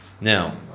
Now